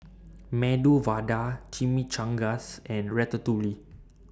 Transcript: Medu Vada Chimichangas and Ratatouille